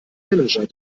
manager